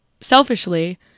selfishly